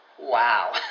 Wow